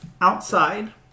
outside